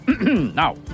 Now